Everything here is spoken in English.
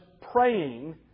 praying